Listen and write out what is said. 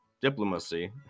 diplomacy